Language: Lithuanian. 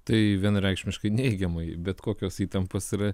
tai vienareikšmiškai neigiamai bet kokios įtampos yra